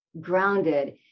grounded